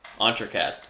Entrecast